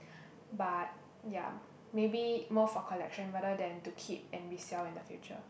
but ya maybe more for collection rather than to keep and resell in the future